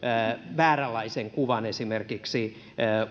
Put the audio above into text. vääränlaisen kuvan esimerkiksi